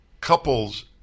couples